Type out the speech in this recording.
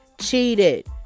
cheated